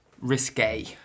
risque